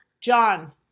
John